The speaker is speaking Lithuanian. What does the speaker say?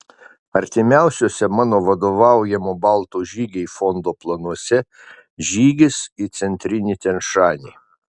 artimiausiuose mano vadovaujamo baltų žygiai fondo planuose žygis į centrinį tian šanį